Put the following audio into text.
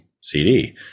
CD